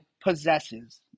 possesses